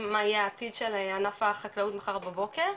מה יהיה העתיד של ענף ההטלה מחר בבוקר.